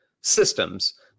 systems